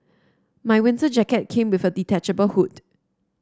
my winter jacket came with a detachable hood